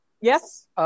Yes